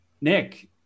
Nick